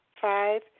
Five